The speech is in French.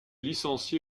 licencié